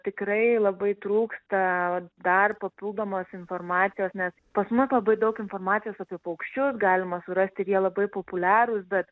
tikrai labai trūksta dar papildomos informacijos nes pas mus labai daug informacijos apie paukščius galima surasti ir jie labai populiarūs bet